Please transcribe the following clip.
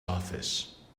office